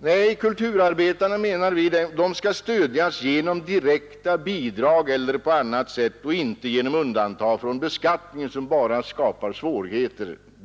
Nej, vi menar att kulturarbetarna bör stödjas genom direkta bidrag eller på annat sätt och inte genom undantag från beskattning, vilka bara skapar svårigheter.